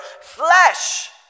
flesh